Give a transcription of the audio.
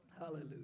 Hallelujah